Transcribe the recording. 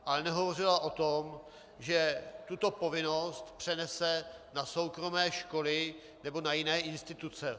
Ale nehovořila o tom, že tuto povinnost přenese na soukromé školy nebo na jiné instituce.